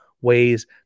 ways